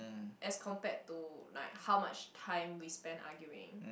as compared to like how much time we spend arguing